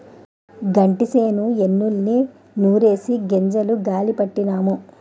గంటిసేను ఎన్నుల్ని నూరిసి గింజలు గాలీ పట్టినాము